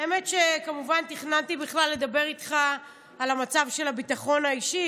האמת שכמובן תכננתי בכלל לדבר איתך על המצב של הביטחון האישי,